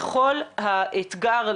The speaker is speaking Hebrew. בין אם זה התאמות שנעשות והנגשה של המידע